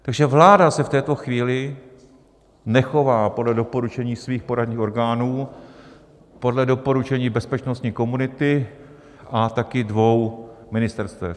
Takže vláda se v této chvíli nechová podle doporučení svých poradních orgánů, podle doporučení bezpečnostní komunity a taky dvou ministerstev.